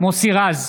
מוסי רז,